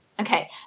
Okay